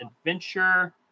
Adventure